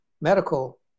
medical